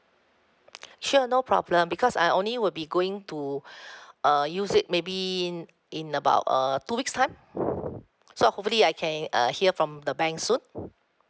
sure no problem because I only will be going to uh use it maybe in in about uh two weeks time so hopefully I can uh hear from the bank soon